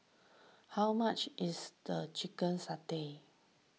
how much is the Chicken Satay